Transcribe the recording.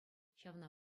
ҫавна